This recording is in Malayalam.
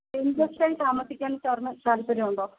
പെയിൻ ഗസ്റ്റ് ആയി താമസിക്കാൻ സാറിനു താൽപര്യമുണ്ടോ